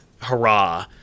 hurrah